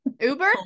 Uber